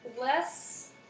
less